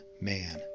man